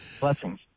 Blessings